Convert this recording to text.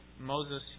Moses